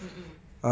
mm mm